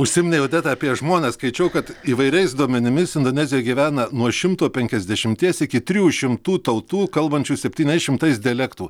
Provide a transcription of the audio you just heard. užsiminei odeta apie žmones skaičiau kad įvairiais duomenimis indonezijoj gyvena nuo šimto penkiasdešimties iki trijų šimtų tautų kalbančių septyniais šimtais dialektų